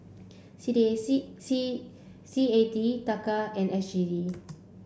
C D A C C C A D Taka and S G D